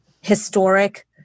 historic